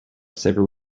several